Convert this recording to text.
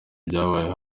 ibyabaye